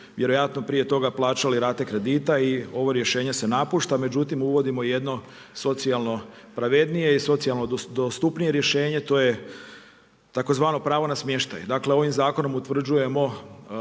vjerojatno, prije toga plaćali rate kredita i ovo rješenje se napušta, međutim uvodimo jedno socijalno pravednije i socijalno dostupnije rješenje, to je tzv. pravo na smještaj. Dakle, ovim zakonom utvrđujemo